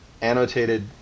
annotated